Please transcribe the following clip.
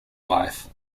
wife